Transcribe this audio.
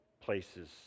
places